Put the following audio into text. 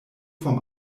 vom